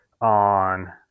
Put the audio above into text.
on